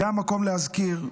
זה המקום להזכיר,